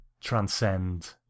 transcend